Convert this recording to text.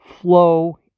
flow